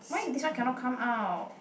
why this one cannot come out